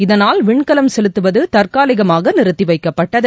இதனால் விண்கலம் செலுத்துவது தற்காலிகமாக நிறுத்தி வைக்கப்பட்டது